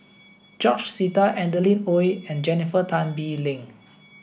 George Sita Adeline Ooi and Jennifer Tan Bee Leng